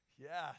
Yes